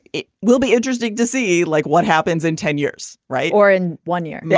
it will be interesting to see, like what happens in ten years. right or in one year, yeah